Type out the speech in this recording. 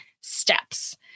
steps